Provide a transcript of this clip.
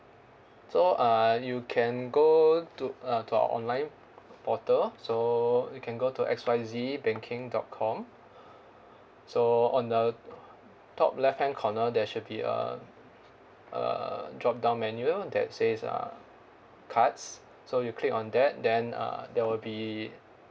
so uh you can go to uh to our online portal so you can go to X Y Z banking dot com so on the top left hand corner there should be a a drop down menu that says uh cards so you click on that then uh there will be